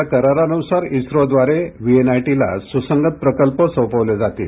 या करारानुसार इस्रोद्वारे वीएनआयटीला सुसंगत प्रकल्प सोपवले जातील